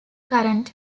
current